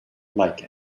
like